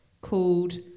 called